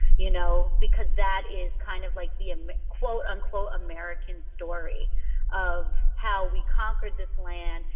you know, because that is kind of like the, um quote-unquote, american story of how we conquered this land,